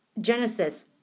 Genesis